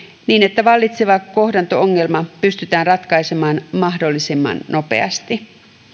niin että vallitseva kohtaanto ongelma pystytään ratkaisemaan mahdollisimman nopeasti